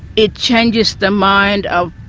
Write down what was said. it changes the mind of